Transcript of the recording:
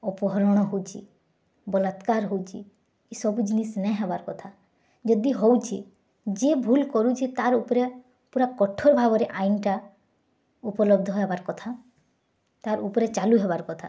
ଅପହରଣ ହୋଉଛି ବଲାତ୍କାର୍ ହୋଉଛି ଏ ସବୁ ଜିନିଷ୍ ନାଇଁ ହବାର୍ କଥା ଯଦି ହୋଉଛି ଯିଏ ଭୁଲ୍ କରୁଛି ତାର୍ ଉପରେ ପୁରା କଠୋର୍ ଭାବରେ ଆଇନ୍ଟା ଉପଲବ୍ଧ ହେବାର୍ କଥା ତାର୍ ଉପରେ ଚାଲୁ ହେବାର୍ କଥା